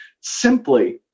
simply